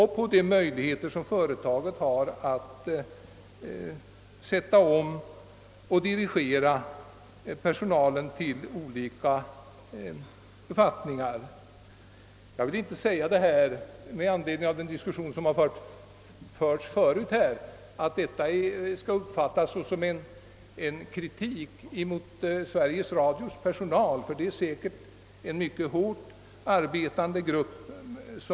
Vad jag nu sagt skall inte uppfattas som kritik mot Sveriges Radios personal. Det är säkert en mycket hårt arbetande grupp.